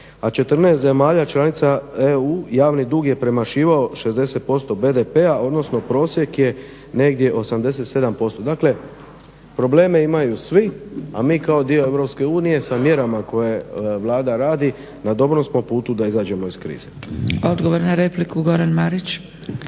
a 14 zemalja članica EU javni dug je premašivao 60% BDP-a odnosno prosjek je negdje 87%. Dakle probleme imaju svi, a mi kao dio EU sa mjerama koje Vlada radi na dobrom smo putu da izađemo iz krize. **Zgrebec, Dragica